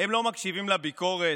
הם לא מקשיבים לביקורת,